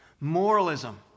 Moralism